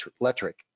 electric